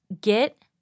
get